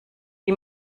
die